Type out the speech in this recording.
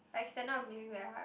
like standard of living very high